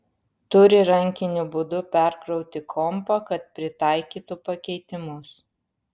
turi rankiniu būdu perkrauti kompą kad pritaikytų pakeitimus